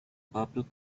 purple